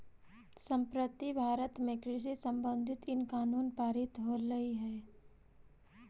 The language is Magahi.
संप्रति भारत में कृषि संबंधित इन कानून पारित होलई हे